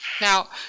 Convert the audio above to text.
Now